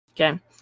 Okay